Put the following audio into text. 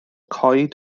coed